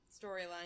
storyline